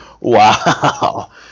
Wow